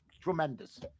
tremendous